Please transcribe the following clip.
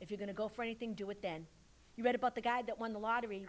if you going to go for anything do it then you read about the guy that won the lottery